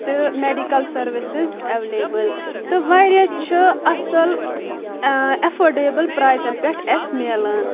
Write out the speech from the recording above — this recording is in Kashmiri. تہٕ میڈکل سٔروسِز اٮ۪ولیبٕل تہٕ واریاہ چھِ اصل اٮ۪فٲڈیبٕل پرایزن پٮ۪ٹھ اسہِ ملان